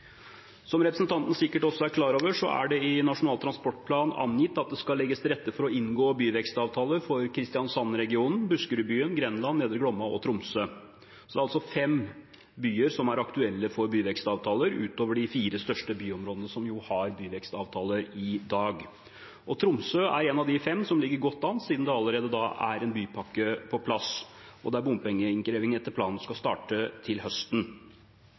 Som representanten sikkert også er klar over, er det i Nasjonal transportplan angitt at det skal legges til rette for å inngå byvekstavtaler for Kristiansand-regionen, Buskerudbyen, Grenland, Nedre Glomma og Tromsø. Det er altså fem byer som er aktuelle for byvekstavtaler, utover de fire største byområdene, som har byvekstavtaler i dag. Tromsø er en av de fem som ligger godt an, siden det allerede er en bypakke på plass, og bompengeinnkreving etter planen skal starte til høsten.